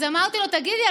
אז אמרתי לו: תגיד לי,